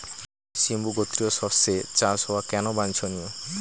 সিম্বু গোত্রীয় শস্যের চাষ হওয়া কেন বাঞ্ছনীয়?